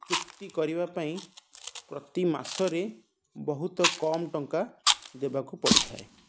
ଚୁକ୍ତି କରିବା ପାଇଁ ପ୍ରତି ମାସରେ ବହୁତ କମ୍ ଟଙ୍କା ଦେବାକୁ ପଡ଼ିଥାଏ